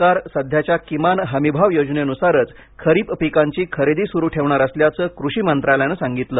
सरकार सध्याच्या किमान हमी भाव योजनेनुसारच खरीप पिकांची खरेदी सुरू ठेवणार असल्याचं कृषी मंत्रालयानं सांगितलं